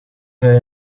queda